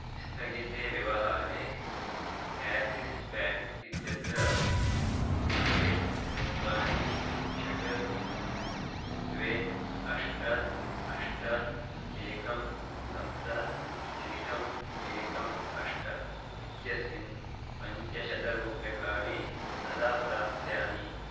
स्थगिते व्यवहारे Axis bank इत्यत्र द्वे चत्वारि षट् द्वे अष्ट अष्ट एकं सप्त एकम् एकम् अष्ट इत्यस्मिन् पञ्चशतरूप्यकाणि कदा प्राप्स्यामि